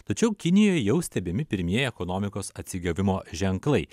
tačiau kinijoj jau stebimi pirmieji ekonomikos atsigavimo ženklai